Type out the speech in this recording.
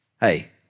Hey